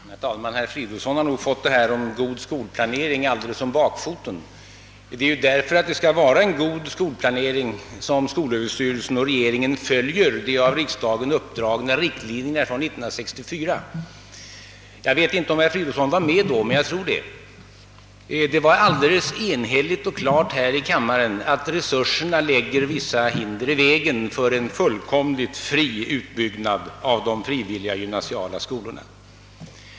Herr talman! Herr Fridolfsson i Stockholm har nog fått detta med god skolplanering om bakfoten. Det är ju därför att det skall vara en god skolplanering som skolöverstyrelsen och regeringen följer de av riksdagen år 1964 uppdragna riktlinjerna. Jag vet inte om herr Fridolfsson var med då, men jag tror det. Det uttalades klart och enhälligt av riksdagen, att resurserna lägger hinder i vägen för en fullkomligt fri utbyggnad av de frivilliga gymnasiala skolorna.